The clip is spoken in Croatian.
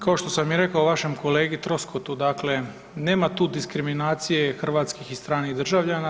Kao što sam i rekao vašem kolegu Troskotu, dakle nema tu diskriminacije hrvatskih i stranih državljana.